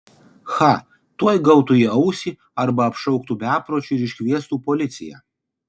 cha tuoj gautų į ausį arba apšauktų bepročiu ir iškviestų policiją